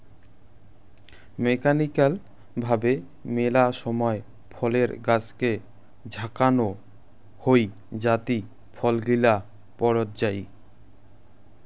mechanical ভাবে মেলা সময় ফলের গাছকে ঝাঁকানো হই যাতি ফল গিলা পড়ত যাই